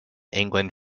england